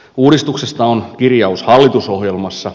uudistuksesta on kirjaus hallitusohjelmassa